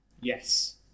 yes